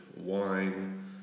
Wine